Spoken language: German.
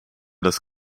das